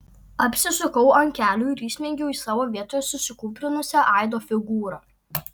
apsisukau ant kelių ir įsmeigiau į savo vietoje susikūprinusią aido figūrą